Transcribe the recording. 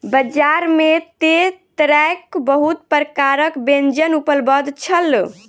बजार में तेतैरक बहुत प्रकारक व्यंजन उपलब्ध छल